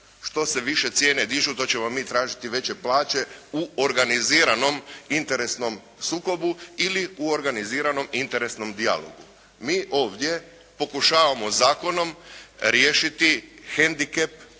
Što se više cijene dižu to ćemo mi tražiti veće plaće u organiziranom interesnom sukobu ili u organiziranom interesnom dijalogu. Mi ovdje pokušavamo zakonom riješiti hendikep